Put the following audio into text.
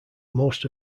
most